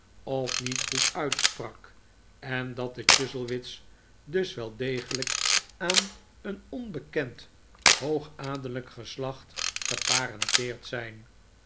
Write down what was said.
of niet goed uitsprak en dat de chuzzlewit's dus wel degelijk aan een onbekend hoogadellijk geslacht geparenteerd zijn